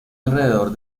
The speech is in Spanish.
alrededor